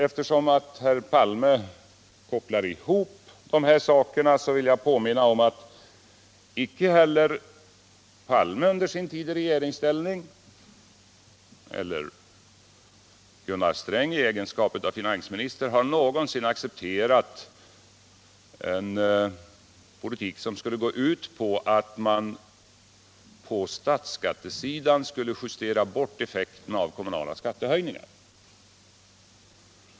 Eftersom herr Palme kopplar ihop dessa saker vill jag påminna om att icke heller Olof Palme under sin tid i regeringsställning — eller Gunnar Sträng i egenskap av finansminister — någonsin har accepterat en politik som skulle gå ut på att man på statsskattesidan skulle justera bort effekterna av kommunala skattehöjningar.